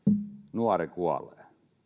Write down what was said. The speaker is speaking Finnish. nuori kuolee